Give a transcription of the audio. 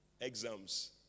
Exams